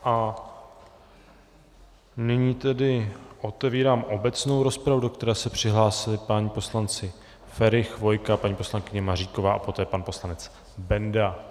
A nyní tedy otevírám obecnou rozpravu, do které se přihlásili páni poslanci Feri, Chvojka, paní poslankyně Maříková a poté pan poslanec Benda.